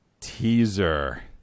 teaser